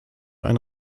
ein